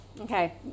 Okay